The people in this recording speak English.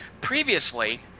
Previously